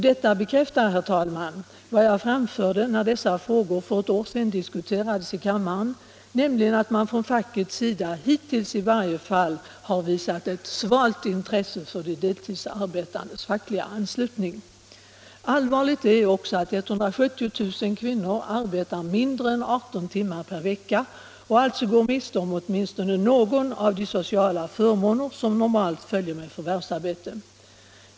Detta bekräftar, herr talman, vad jag framförde när dessa frågor för ett år sedan diskuterades här i kammaren, nämligen att man från fackets sida hittills i varje fall har visat ett svalt intresse för de deltidsarbetandes fackliga anslutning. Allvarligt är också att 170 000 kvinnor arbetar mindre än 18 timmar per vecka och alltså går miste om åtminstone någon av de sociala förmåner som normalt följer med förvärvsarbete.